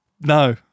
No